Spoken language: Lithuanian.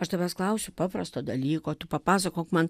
aš tavęs klausiu paprasto dalyko tu papasakok man